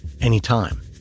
anytime